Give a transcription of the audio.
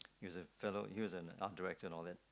he was a fellow he was an art director and all that